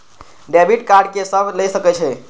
Debit card के सब ले सके छै?